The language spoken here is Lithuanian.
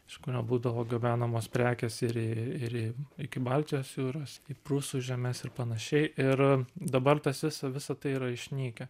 iš kurio būdavo gabenamos prekės ir į ir į iki baltijos jūros į prūsų žemes ir panašiai ir dabar tas vis visa tai yra išnykę